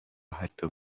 حتی